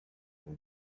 can